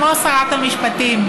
כמו שרת המשפטים,